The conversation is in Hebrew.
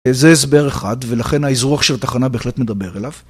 זה הסבר אחד, ולכן האזרוח של התחנה בהחלט מדבר אליו.